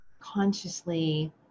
consciously